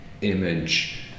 image